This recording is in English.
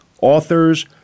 authors